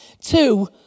two